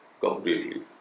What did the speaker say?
completely